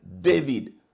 David